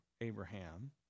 Abraham